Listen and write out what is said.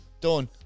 done